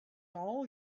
all